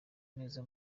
neza